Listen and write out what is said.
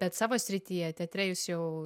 bet savo srityje teatre jūs jau